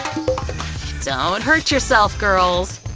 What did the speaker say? don't hurt yourself, girls!